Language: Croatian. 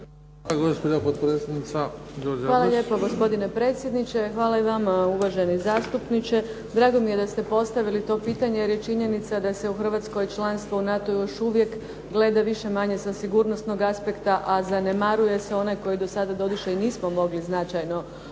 **Adlešič, Đurđa (HSLS)** Hvala lijepo gospodine predsjedniče. Hvala lijepo uvaženi zastupniče. Drago mi je da ste postavili to pitanje jer je činjenica da se u Hrvatskoj članstvo u NATO-u još uvijek gleda više manje sa sigurnog aspekta, a zanemaruje se onaj koji do sada doduše i nismo mogli značajno koristiti,